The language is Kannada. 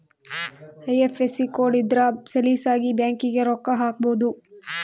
ಐ.ಎಫ್.ಎಸ್.ಸಿ ಕೋಡ್ ಇದ್ರ ಸಲೀಸಾಗಿ ಬ್ಯಾಂಕಿಗೆ ರೊಕ್ಕ ಹಾಕ್ಬೊದು